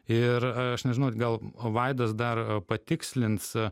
ir aš nežinau gal vaidas dar patikslins